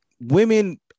women